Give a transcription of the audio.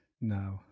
No